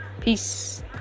Peace